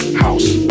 house